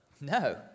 No